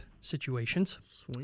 situations